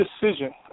decision